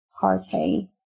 party